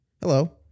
Hello